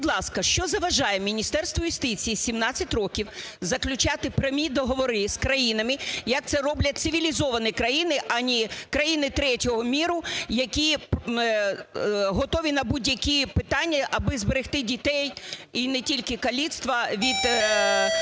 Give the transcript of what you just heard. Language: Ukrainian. будь ласка, що заважає Міністерству юстиції 17 років заключати прямі договори з країнами як це роблять цивілізовані країни, а не країни третього миру, які готові на будь-які питання аби зберегти дітей, і не тільки каліцтва - від